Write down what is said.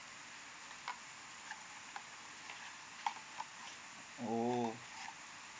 oh